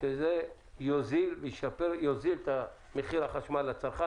שזה יוזיל את מחיר החשמל לצרכן,